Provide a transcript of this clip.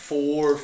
Four